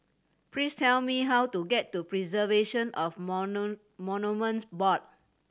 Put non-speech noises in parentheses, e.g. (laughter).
please tell me how to get to Preservation of (unintelligible) Monuments Board